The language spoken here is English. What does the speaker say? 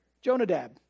Jonadab